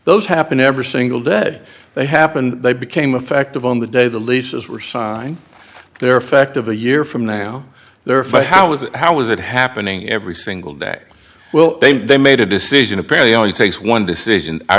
those happen every single day they happened they became effective on the day the leases were signed their effect of a year from now they're five how was how was it happening every single day well they made a decision apparently only takes one decision our